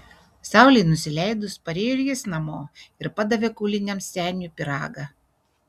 saulei nusileidus parėjo ir jis namo ir padavė kauliniams seniui pyragą